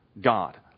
God